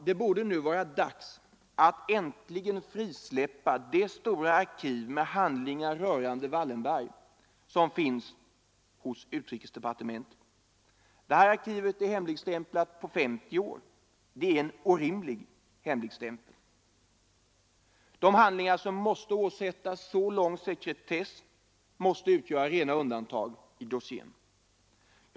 Det borde nu vara dags att äntligen frisläppa det stora arkiv rörande Wallenberg som finns hos utrikesdepartementet. Handlingarna där är hemligstämplade på 50 år. Det är en orimlig hemligstämpel. De handlingar som måste åsättas så lång sekretess måste utgöra rena undantag i dossieren.